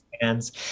fans